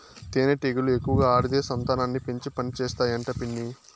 తేనెటీగలు ఎక్కువగా ఆడదే సంతానాన్ని పెంచి పనిచేస్తాయి అంట పిన్ని